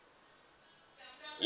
yeah